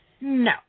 No